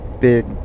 big